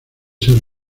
ser